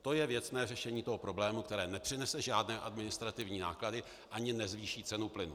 To je věcné řešení toho problému, které nepřinese žádné administrativní náklady ani nezvýší cenu plynu.